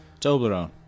Toblerone